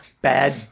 Bad